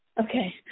Okay